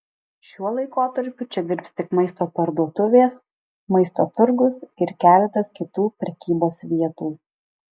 šiuo laikotarpiu čia dirbs tik maisto parduotuvės maisto turgus ir keletas kitų prekybos vietų